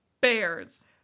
bears